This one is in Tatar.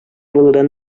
булудан